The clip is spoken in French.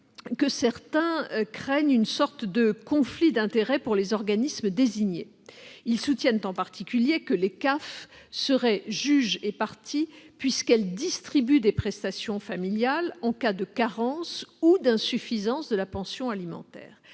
que certains craignent une sorte de conflit d'intérêts pour les organismes désignés. Ils soutiennent en particulier que les CAF seraient juge et partie, puisqu'elles distribuent des prestations familiales en cas de carence ou d'insuffisance de la pension alimentaire.